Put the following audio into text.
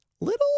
little